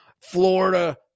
Florida